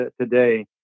today